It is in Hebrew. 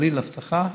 בלי הבטחה,